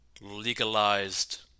legalized